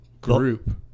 group